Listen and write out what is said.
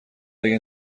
اگه